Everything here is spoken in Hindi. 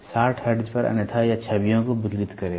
60 हर्ट्ज पर अन्यथा यह छवियों को विकृत करेगा